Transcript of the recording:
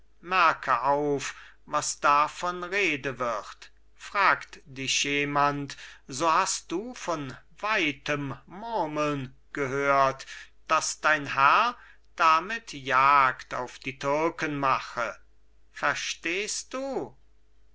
merke auf was davon rede wird fragt dich jemand so hast du von weitem murmeln gehört daß dein herr damit jagd auf die türken mache verstehst du